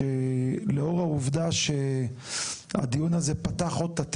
שלאור העובדה שהדיון הזה פתח עוד תתי